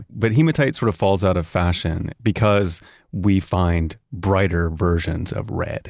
but hematite sort of falls out of fashion because we find brighter versions of red